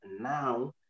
Now